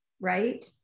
Right